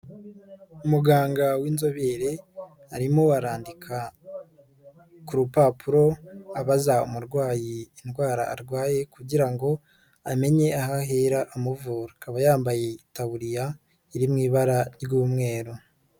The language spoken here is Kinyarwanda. Umuganga w'inzobere arimo arandika ku rupapuro abaza umurwayi indwara arwaye kugira ngo amenye aho ahera amuvura, akaba yambaye itaburiya iri mu ibara ry'umweru.